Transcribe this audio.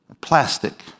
plastic